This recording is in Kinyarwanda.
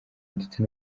ndetse